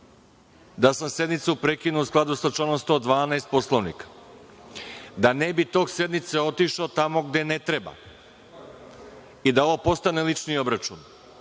da sam sednicu prekinuo u skladu sa članom 112. Poslovnika da ne bi tok sednice otišao tamo gde ne treba i da ovo postane lični obračun.